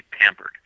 pampered